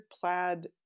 plaid